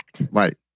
Right